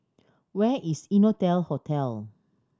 where is Innotel Hotel